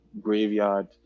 graveyard